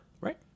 Right